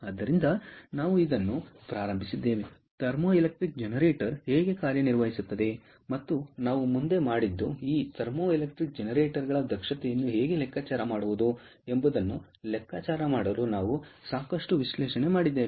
ಆದ್ದರಿಂದ ನಾವು ಇದನ್ನು ಪ್ರಾರಂಭಿಸಿದ್ದೇವೆ ಥರ್ಮೋ ಎಲೆಕ್ಟ್ರಿಕ್ ಜನರೇಟರ್ ಹೇಗೆ ಕಾರ್ಯನಿರ್ವಹಿಸುತ್ತದೆ ಮತ್ತು ನಾವು ಮುಂದೆ ಮಾಡಿದ್ದು ಈ ಥರ್ಮೋಎಲೆಕ್ಟ್ರಿಕ್ ಜನರೇಟರ್ಗಳ ದಕ್ಷತೆಯನ್ನು ಹೇಗೆ ಲೆಕ್ಕಾಚಾರ ಮಾಡುವುದು ಎಂಬುದನ್ನು ಲೆಕ್ಕಾಚಾರ ಮಾಡಲು ನಾವು ಸಾಕಷ್ಟು ವಿಶ್ಲೇಷಣೆ ಮಾಡಿದ್ದೇವೆ